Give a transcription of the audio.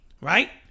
Right